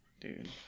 Dude